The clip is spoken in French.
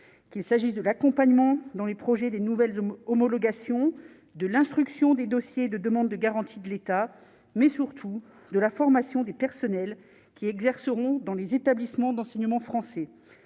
qu'il s'agisse de l'accompagnement dans les projets des nouvelles homologation de l'instruction des dossiers de demande de garantie de l'État, mais surtout de la formation des personnels qui exerceront dans les établissements d'enseignement français